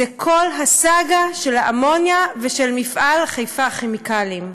זה כל הסאגה של האמוניה ושל מפעל חיפה כימיקלים,